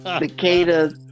cicadas